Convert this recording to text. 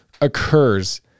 occurs